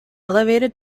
elevated